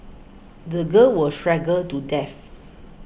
the girl was strangled to death